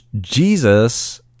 Jesus